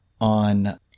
on